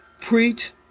preach